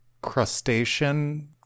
crustacean